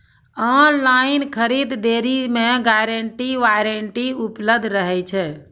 Online खरीद दरी मे गारंटी वारंटी उपलब्ध रहे छै?